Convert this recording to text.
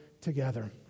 together